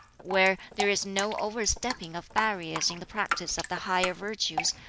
where there is no over-stepping of barriers in the practice of the higher virtues,